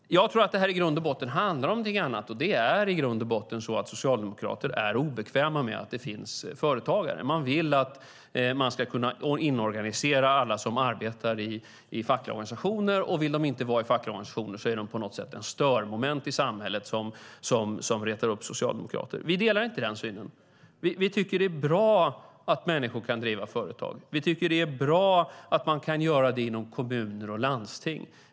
Jag tror att det här i grund och botten handlar om någonting annat, och det är att socialdemokrater är obekväma med att det finns företagare. Man vill kunna inorganisera alla som arbetar i fackliga organisationer, och vill de inte vara i fackliga organisationer är de ett störningsmoment i samhället som retar upp socialdemokrater. Vi delar inte den synen. Vi tycker att det är bra att människor kan driva företag. Vi tycker att det är bra att man kan göra det inom kommuner och landsting.